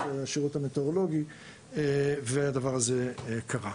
השירות המטאורולוגי וכדומה והדבר הזה קרה.